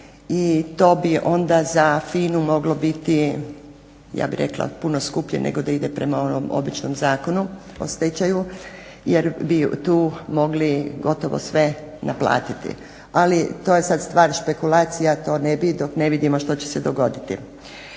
I to bi onda za FINA-u moglo biti ja bih rekla puno skuplje nego da ide prema onom običnom Zakonu o stečaju jer bi tu mogli gotovo sve naplatiti. Ali to je sad stvar špekulacija, to ne bi dok ne vidimo što će se dogoditi.